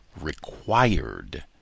required